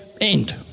end